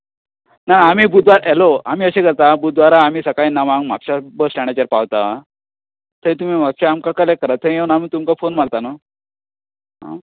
ना आमी हॅलो आमी असें करता बुधवारा आमी सकाळीं णवांक म्हापसा बस स्टॅंडाचेर पावता थंय तुमी म्हापश्या आमकां कलॅक्ट करात थंय येवन आमी तुमकांं फोन मारता न्हू